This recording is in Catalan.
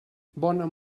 bona